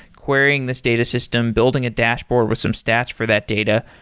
querying this data system, building a dashboard with some stats for that data.